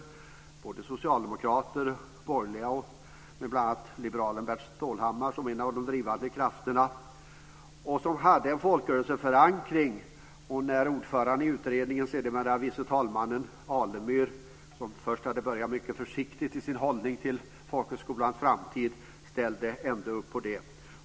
Det var både socialdemokrater och borgerliga, med bl.a. liberalen Bert Stålhammar som en av de drivande krafterna. De hade en folkrörelseförankring. Till slut ställde ordföranden i utredningen, sedermera vice talmannen Alemyr, som hade börjat mycket försiktigt i sin hållning till folkhögskolans framtid, ändå upp på detta.